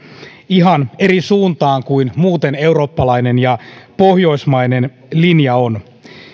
ihan eri suuntaan kuin mitä muuten eurooppalainen ja pohjoismainen linja on